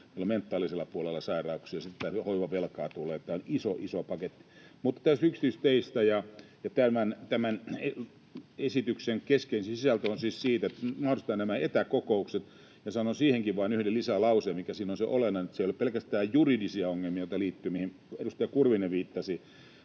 tuolla mentaalisella puolella on sairauksia ja sitten hoivavelkaa tulee. Tämä on iso iso paketti. Mutta näistä yksityisteistä. Tämän esityksen keskeisin sisältö on siis siinä, että mahdollistetaan nämä etäkokoukset. Sanon siihenkin vain yhden lisälauseen, mikä siinä on se olennainen: siihen ei liity pelkästään juridisia ongelmia, mihin edustaja Kurvinen viittasi